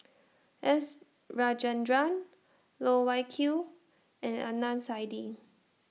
S Rajendran Loh Wai Kiew and Adnan Saidi